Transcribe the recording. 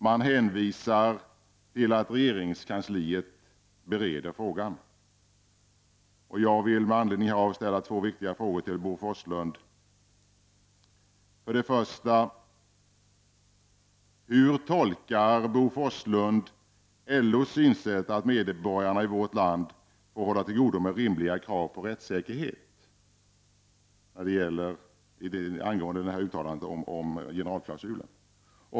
Man hänvisar till att regeringskansliet bereder frågan. För det första: Hur tolkar Bo Forslund LO:s synsätt, att medborgarna i vårt land får hålla till godo med rimliga krav på rättssäkerhet — angående uttalandet om generalklausulen?